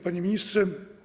Panie Ministrze!